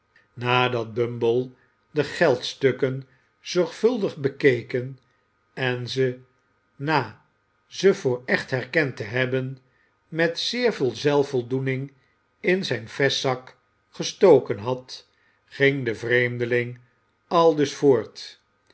nadat bumble de geldstukken zorgvuldig bekeken en ze na ze voor echt herkend te hebben met zeer veel zelfvoldoening in zijn vestzak gestoken had ging de vreemdeling aldus voort